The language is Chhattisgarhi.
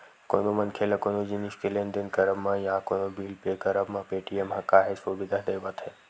कोनो मनखे ल कोनो जिनिस के लेन देन करब म या कोनो बिल पे करब म पेटीएम ह काहेच सुबिधा देवथे